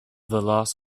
loss